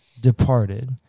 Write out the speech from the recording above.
departed